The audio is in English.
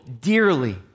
dearly